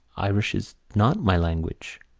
irish is not my language.